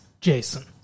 Jason